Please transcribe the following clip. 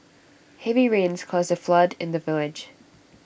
heavy rains caused A flood in the village